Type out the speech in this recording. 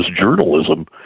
journalism